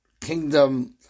kingdom